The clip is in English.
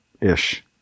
ish